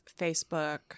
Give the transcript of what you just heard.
Facebook